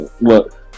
look